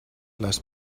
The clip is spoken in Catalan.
les